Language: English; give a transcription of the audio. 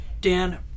Dan